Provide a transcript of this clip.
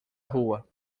rua